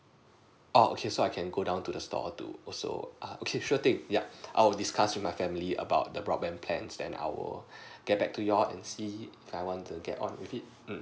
oo okay so I can go down to the store to also uh okay sure thing yup I'll discuss with my family about the broadband plans then I will get back to you and see if I want to get on with it mm